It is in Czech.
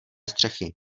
střechy